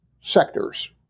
sectors